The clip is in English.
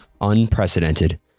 unprecedented